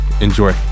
Enjoy